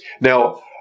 Now